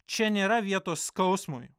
čia nėra vietos skausmui